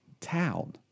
town